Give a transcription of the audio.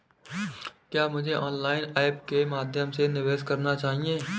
क्या मुझे online apps के माध्यम से निवेश करना चाहिए?